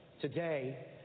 today